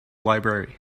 library